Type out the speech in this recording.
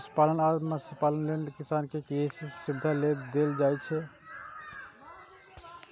पशुपालन आ मत्स्यपालन लेल किसान कें के.सी.सी सुविधा देल जाइ छै